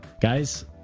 guys